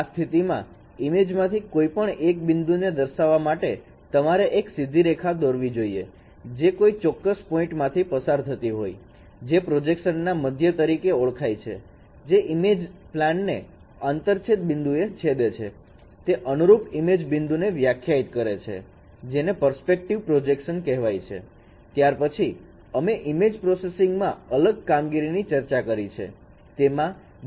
આ સ્થિતિમાં ઇમેજ માંથી કોઈપણ એક બિંદુ ને દર્શાવવા માટે તમારે એક સિદ્ધિ રેખા દોરવી જોઈએ જે કોઈ ચોક્કસ પોઇન્ટ માંથી પસાર થતી હોય જે પ્રોજેક્શન ના મધ્ય તરીકે ઓળખાય છે જે ઇમેજ પ્લાનને આંતરછેદ બિંદુએ છેદે છે તે અનુરૂપ ઈમેજ બિંદુ ને વ્યાખ્યાયિત કરે છે જેને પરસ્પેક્ટિવ પ્રોજેક્શન કહેવાય છે ત્યાર પછી અમે ઈમેજ પ્રોસેસિંગ માં અલગ કામગીરી ની ચર્ચા કરી છે